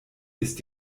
ist